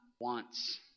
wants